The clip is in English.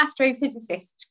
astrophysicist